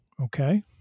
okay